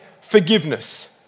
forgiveness